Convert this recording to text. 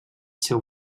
seu